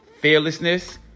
fearlessness